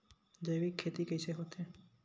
जैविक खेती कइसे होथे?